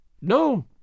No